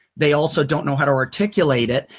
they also don't know how to articulate it,